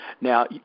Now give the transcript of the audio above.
Now